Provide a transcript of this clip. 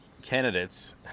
Candidates